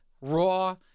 Raw